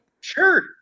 Sure